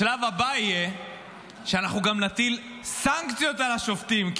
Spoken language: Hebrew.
השלב הבא יהיה שאנחנו גם נטיל סנקציות על השופטים,